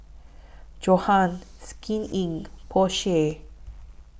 Johan Skin Inc Porsche